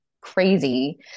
crazy